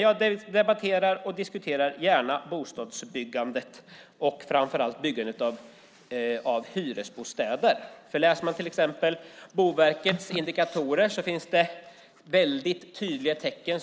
Jag diskuterar gärna bostadsbyggandet och framför allt byggandet av hyresbostäder. Om man läser Boverkets indikatorer ser man tydliga tecken